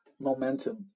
momentum